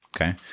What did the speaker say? okay